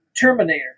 Terminator